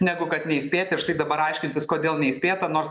negu kad neįspėti ir štai dabar aiškintis kodėl neįspėta nors